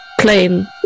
plane